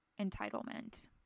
entitlement